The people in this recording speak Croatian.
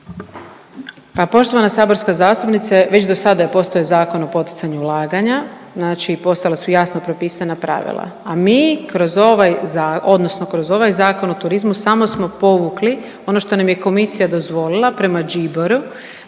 A poštovana saborska zastupnice već do sada je postojao Zakon o poticanju ulaganja, znači postojala su jasno propisana pravila. A mi kroz ovaj zakon odnosno kroz ovaj Zakon o turizmu samo smo povukli ono što nam je komisija dozvolila prema GBER-u